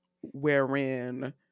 Wherein